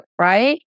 Right